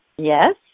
Yes